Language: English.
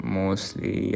mostly